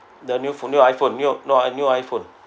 the new phone new I_phone new no new I_phone